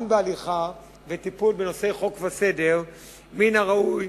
גם בהליכה וטיפול בנושאי חוק וסדר מן הראוי